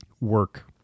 work